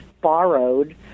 borrowed